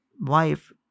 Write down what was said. wife